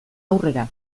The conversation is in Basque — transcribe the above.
aurrera